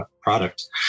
product